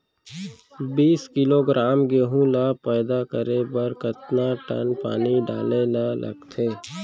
बीस किलोग्राम गेहूँ ल पैदा करे बर कतका टन पानी डाले ल लगथे?